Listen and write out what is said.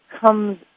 comes